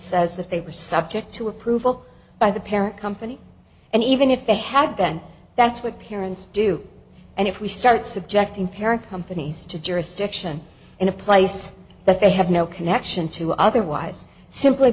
says that they were subject to approval by the parent company and even if they had then that's what parents do and if we start subjecting parent companies to jurisdiction in a place that they have no connection to otherwise simply